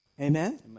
Amen